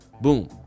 Boom